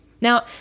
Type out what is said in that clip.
Now